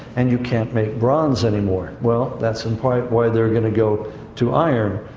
and you can't make bronze anymore? well, that's in part why they're going to go to iron,